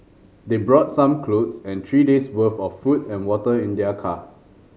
they brought some clothes and three days'worth of food and water in their car